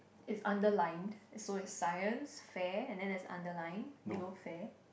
it's underlined so is science fair and then there's underline below fair